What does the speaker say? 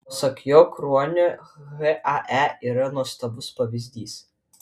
pasak jo kruonio hae yra nuostabus pavyzdys